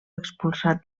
expulsat